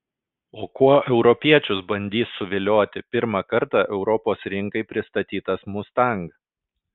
o kuo europiečius bandys suvilioti pirmą kartą europos rinkai pristatytas mustang